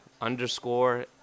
underscore